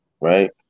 right